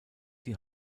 die